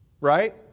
Right